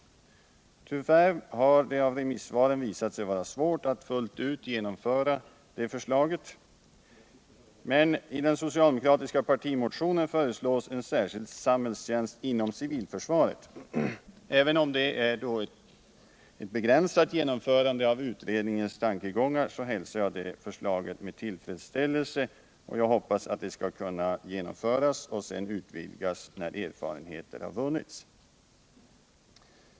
Tyvärr har det av remissvaren visat sig vara svårt att fullt ut genomföra detta förslag. I den socialdemokratiska partimotionen föreslås en särskild samhällstjänst inom försvaret. Även om detta är ett begränsat genomförande av utredningens tankegångar, så hälsar jag det med tillfredsställelse. Jag hoppas att det skall kunna genomföras och sedan utvidgas när erfarenheter har vunnits.